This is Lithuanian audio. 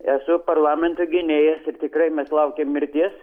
esu parlamento gynėjas ir tikrai mes laukėm mirties